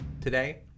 Today